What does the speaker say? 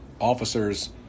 officers